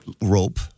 rope